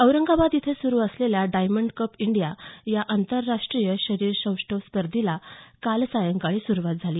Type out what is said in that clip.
औरंगाबाद इथं सुरू असलेल्या डायमंड कप इंडिया या आंतरराष्ट्रीय शरीरसौष्ठव स्पर्धेला काल सायंकाळी सुरवात झाली